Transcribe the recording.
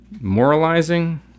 moralizing